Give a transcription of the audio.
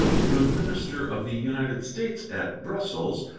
through the minister of the united states at brussels,